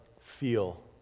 feel